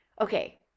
okay